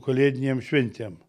kalėdinėm šventėm